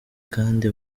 kandi